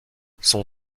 son